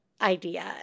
idea